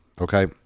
Okay